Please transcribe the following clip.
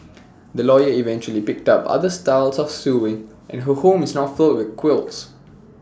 the lawyer eventually picked up other styles of sewing and her home is now filled with quilts